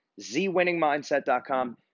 zwinningmindset.com